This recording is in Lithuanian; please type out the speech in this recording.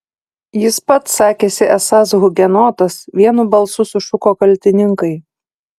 jis pats sakėsi esąs hugenotas vienu balsu sušuko kaltininkai